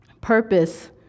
purpose